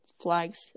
flags